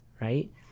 right